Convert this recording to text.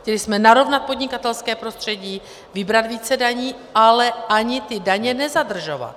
Chtěli jsme narovnat podnikatelské prostředí, vybrat více daní, ale ani ty daně nezadržovat.